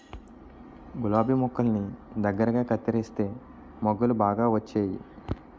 గులాబి మొక్కల్ని దగ్గరగా కత్తెరిస్తే మొగ్గలు బాగా వచ్చేయి